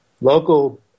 local